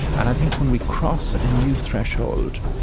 and i think, when we cross a new threshold,